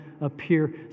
appear